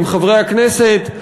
עם חברי הכנסת,